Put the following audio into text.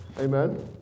Amen